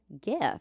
gift